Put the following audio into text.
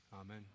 Amen